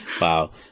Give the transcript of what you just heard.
Wow